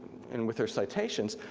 and with their citations,